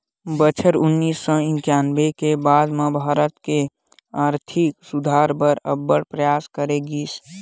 बछर उन्नीस सौ इंकानबे के बाद म भारत के आरथिक सुधार बर अब्बड़ परयास करे गिस